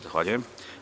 Zahvaljujem.